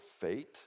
fate